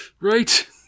Right